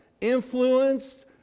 influenced